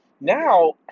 now